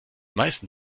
meisten